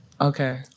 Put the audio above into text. Okay